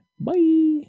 Bye